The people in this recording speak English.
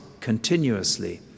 continuously